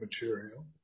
material